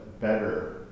better